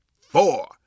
four